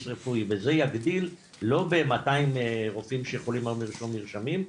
רפואי וזה יגדיל לא ב-200 רופאים שיכולים היום לרשום מרשמים,